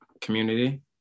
community